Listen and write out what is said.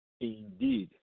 indeed